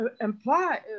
imply